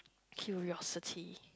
curiosity